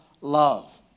love